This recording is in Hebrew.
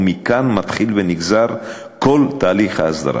ומכאן מתחיל ונגזר כל תהליך האסדרה.